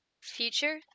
future